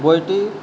বইটি